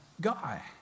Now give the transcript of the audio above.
guy